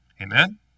Amen